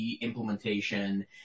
implementation